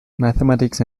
mathematics